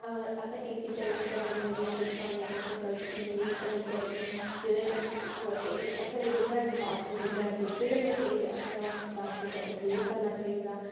असें एह् चीजां नेईं करनियां चाही दियां बिच पानी दे असें गलत चीज नेईं करनी चाहिदी जेह्दे कन्नै दिक्खो असेंगी असें अगर उ'नें बाथरूम बगैरा दित्ते दे न असेंगी ते असें उस बाथरूम दा उपयोग करना चाहिदा